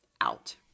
out